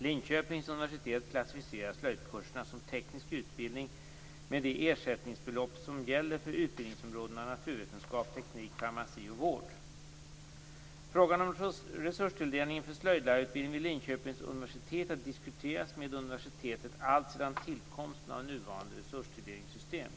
Linköpings universitet klassificerar slöjdkurserna som teknisk utbildning med det ersättningsbelopp som gäller för utbildningsområdena naturvetenskap, teknik, farmaci och vård. Frågan om resurstilldelningen för slöjdlärarutbildningen vid Linköpings universitet har diskuterats med universitetet alltsedan tillkomsten av nuvarande resurstilldelningssystem.